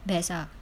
best ah